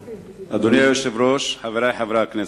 אדוני היושב-ראש, חברי חברי הכנסת,